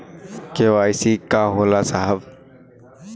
KYC का होला साहब?